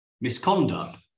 misconduct